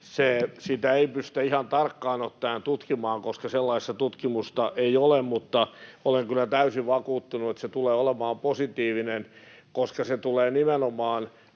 Sitä ei pystytä ihan tarkkaan ottaen tutkimaan, koska sellaista tutkimusta ei ole, mutta olen kyllä täysin vakuuttunut, että se tulee olemaan positiivinen, koska se tulee pääosin